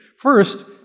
First